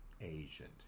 agent